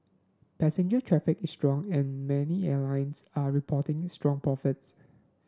passenger traffic is strong and many airlines are reporting strong profits